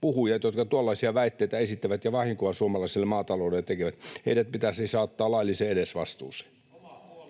puhujat, jotka tuollaisia väitteitä esittävät ja vahinkoa suomalaiselle maataloudelle tekevät, pitäisi saattaa lailliseen edesvastuuseen.